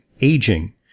Aging